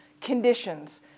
conditions